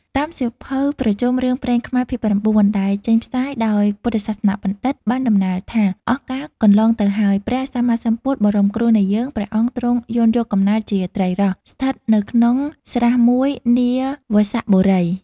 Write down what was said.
តាមសៀវភៅប្រជុំរឿងព្រេងខ្មែរ ភាគ៩ ដែលចេញផ្សាយដោយពុទ្ធសាសនបណ្ឌិត្យ បានដំណាលថា អស់កាលកន្លងទៅហើយ ព្រះសម្មាស្ពុទ្ធ បរម្យគ្រូនៃយើង ព្រះអង្គទ្រង់យោនយកកំណើតជាត្រីរ៉ស់ ស្ថិតនៅក្នុងស្រះមួយ នាវស្សបុរី។